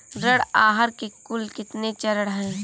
ऋण आहार के कुल कितने चरण हैं?